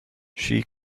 she